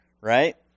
right